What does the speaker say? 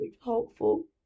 hopeful